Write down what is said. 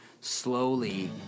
slowly